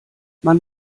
man